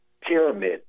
pyramid